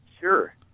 Sure